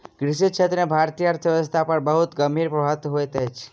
कृषि क्षेत्र के भारतीय अर्थव्यवस्था पर बहुत गंभीर प्रभाव होइत अछि